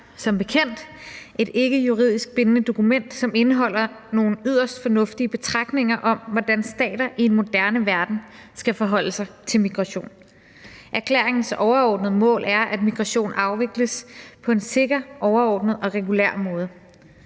som bekendt et ikke juridisk bindende dokument, som indeholder nogle yderst fornuftige betragtninger om, hvordan stater i en moderne verden skal forholde sig til migration. Erklæringens overordnede mål er, at migration afvikles på en sikker, overordnet og regulær måde.